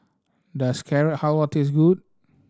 does Carrot Halwa taste good